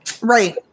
Right